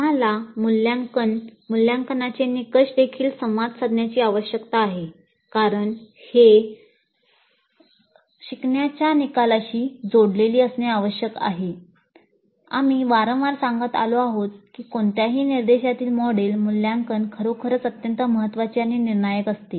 आम्हाला मूल्यांकन मूल्यांकनाचे निकष देखील संवाद साधण्याची आवश्यकता आहे कारण हे शिकण्याच्या निकालांशी जोडलेले असणे आवश्यक आहे